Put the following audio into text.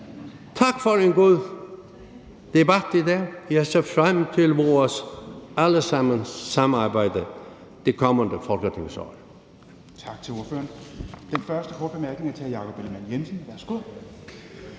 Tak for en god debat i dag. Jeg ser frem til vores alle sammens samarbejde i det kommende folketingsår.